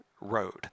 road